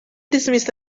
dismissed